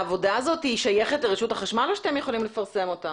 העבודה הזאת שייכת לרשות החשמל או שאתם יכולים לפרסם אותה